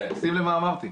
שים לב מה אמרתי,